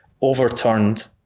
overturned